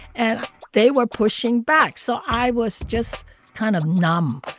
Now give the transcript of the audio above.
and they were pushing back, so i was just kind of numb,